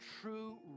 true